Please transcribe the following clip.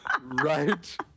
Right